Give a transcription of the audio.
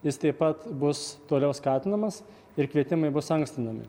jis taip pat bus toliau skatinamas ir kvietimai bus ankstinami